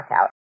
out